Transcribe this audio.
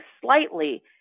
slightly